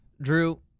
Drew